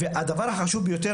הדבר החשוב ביותר,